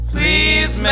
Please